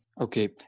Okay